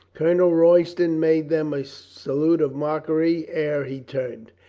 colonel royston made them a salute of mockery ere he turned.